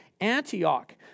Antioch